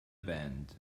band